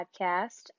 podcast